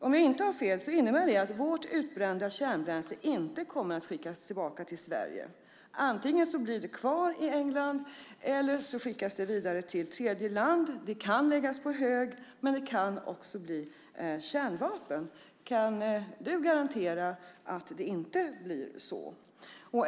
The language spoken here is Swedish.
Om jag inte har fel innebär det att vårt utbrända kärnbränsle inte kommer att skickas tillbaka till Sverige. Antingen blir det kvar i England eller så skickas det vidare till tredjeland. Det kan läggas på hög, men det kan också bli kärnvapen. Kan du garantera att det inte blir så?